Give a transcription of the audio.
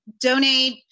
donate